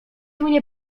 mnie